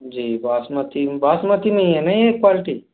जी बासमती बासमती नहीं है ना ये क्वालिटी